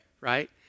right